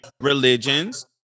religions